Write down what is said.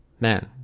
man